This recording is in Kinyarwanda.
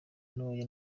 ntoya